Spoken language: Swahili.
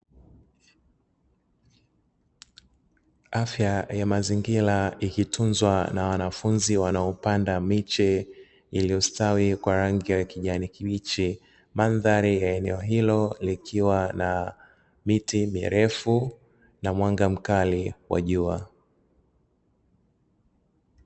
Afya ya mazingira ikitunzwa na wanafunzi wanaopanda miche iliostawi kwa rangi ya kijani kibichi, mandhari ya eneo hilo ikiwa na miti mirefu na mwanga mkali wa jua.